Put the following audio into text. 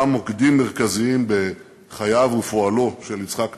מוקדים מרכזיים בחייו ופועלו של יצחק נבון: